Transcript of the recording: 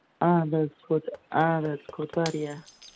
آب حظ کھوٚت آب حظ کھوٚت واریاہ